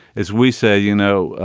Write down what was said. as we said, you know,